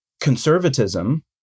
conservatism